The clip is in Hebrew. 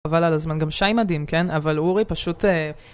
חבל על הזמן גם שי מדהים כן? אבל אורי פשוט...